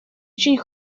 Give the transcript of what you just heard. очень